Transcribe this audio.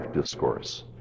discourse